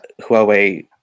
huawei